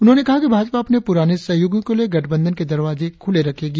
उन्होंने कहा कि भाजपा अपने पुराने सहयोगियों के लिए गठबंधन के दरवाजे खुले रखेगी